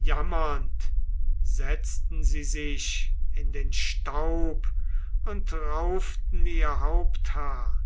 jammernd setzten sie sich in den staub und rauften ihr haupthaar